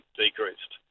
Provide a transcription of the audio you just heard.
decreased